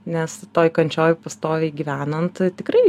nes toj kančioj pastoviai gyvenant tikrai